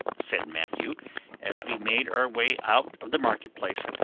said matthew as we made our way out of the market-place.